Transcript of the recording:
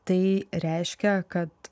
tai reiškia kad